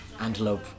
antelope